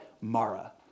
mara